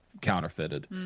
counterfeited